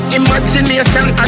imagination